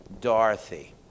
Dorothy